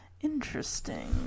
Interesting